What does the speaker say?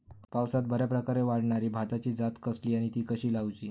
पावसात बऱ्याप्रकारे वाढणारी भाताची जात कसली आणि ती कशी लाऊची?